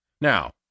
Now